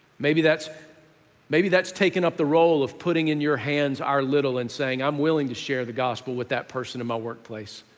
maybe that's maybe that's taking up the role of putting in your hands our little and saying i'm willing to share the gospel with that person in my workplace